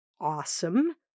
awesome